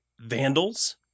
vandals